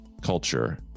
culture